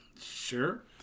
Sure